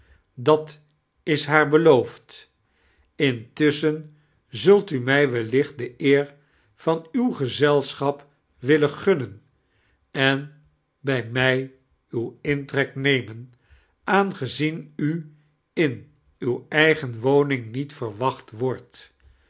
dat is haar beloofd intiusachen zult u mij wellicht de eer van nw gazelschap willein gunmen en bij mij uw intrek nemem aangezien u in uwe eigen woning niet veirwacht wordt